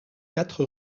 quatre